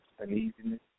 uneasiness